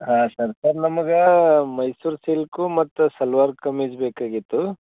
ಹಾಂ sir sir ನಮಗೆ Mysuru silk ಮತ್ತು ಸಲ್ವರ್ ಕಮೀಝ್ ಬೇಕಾಗಿತ್ತು